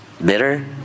Bitter